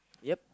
yep